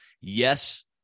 Yes